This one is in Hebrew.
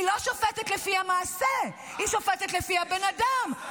היא לא שופטת לפי המעשה, היא שופטת לפי הבן אדם.